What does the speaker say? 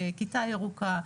כיתה ירוקה,